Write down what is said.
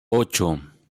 ocho